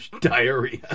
Diarrhea